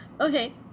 Okay